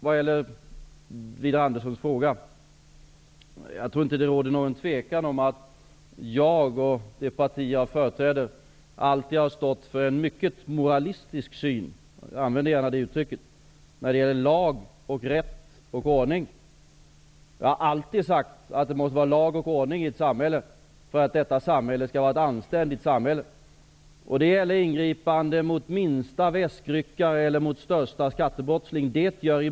Vad gäller Widar Anderssons fråga tror jag inte att det råder något tvivel om att jag och det parti som jag företräder alltid har stått för en mycket moralistisk syn -- jag använder gärna det uttrycket -- när det gäller lag, rätt och ordning. Vi har alltid sagt att det måste vara lag och ordning i ett samhälle för att detta samhälle skall vara ett anständigt samhälle. Det gäller ingripanden mot minsta väskryckare eller mot största skattebrottsling.